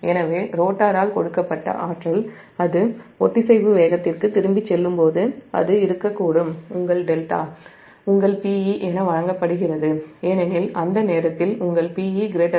எனவே ரோட்டரால் கொடுக்கப்பட்ட ஆற்றல் அது ஒத்திசைவு வேகத்திற்குத் திரும்பிச் செல்லும்போது அது உங்கள் δ இருக்கக்கூடும் உங்கள் δ Pe என வழங்கப்படுகிறது ஏனெனில் அந்த நேரத்தில் உங்கள் Pe Pi